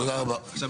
עכשיו,